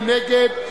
מי נגד?